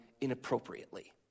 inappropriately